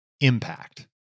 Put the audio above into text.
impact